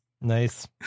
nice